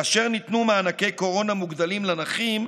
כאשר ניתנו מענקי קורונה מוגדלים לנכים,